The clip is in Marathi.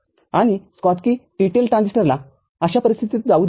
आणि स्कॉटकी TTLट्रान्झिस्टरला अशा परिस्थितीत जाऊ देत नाही